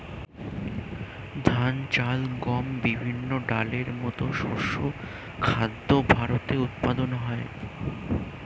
ধান, চাল, গম, বিভিন্ন ডালের মতো শস্য খাদ্য ভারতে উৎপাদন হয়